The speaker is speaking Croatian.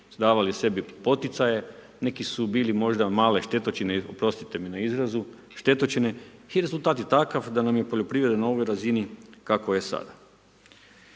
davali sebi poticaje, neki su bili možda male štetočine, oprostite mi na izrazu i rezultat je takav da nam je poljoprivreda na ovoj razini kako je sada.